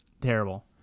Terrible